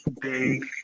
big